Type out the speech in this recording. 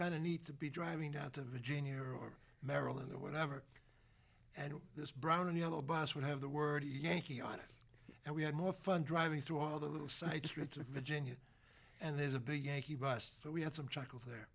of neat to be driving down to virginia or maryland or whatever and this brown and yellow bus would have the word yankee on it and we had more fun driving through all the little side streets of virginia and there's a big yankee bus so we had some chuckles there